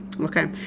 Okay